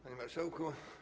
Panie Marszałku!